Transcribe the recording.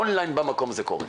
און ליין במקום זה קורה.